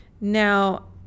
Now